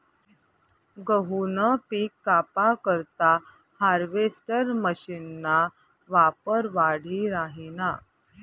गहूनं पिक कापा करता हार्वेस्टर मशीनना वापर वाढी राहिना